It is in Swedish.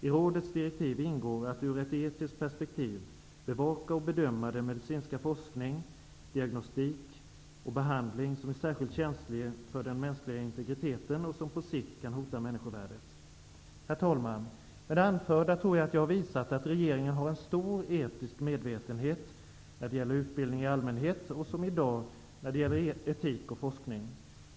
I rådets direktiv ingår att i ett etiskt perspektiv bevaka och bedöma den medicinska forskning, diagnostik och behandling som är särskilt känsliga för den mänskliga integriteten och som på sikt kan hota människovärdet. Herr talman! Med det anförda tror jag att jag visat att regeringen har en stor etisk medvetenhet när det gäller utbildning i allmänhet och, som i dag, när det gäller etik och forskning.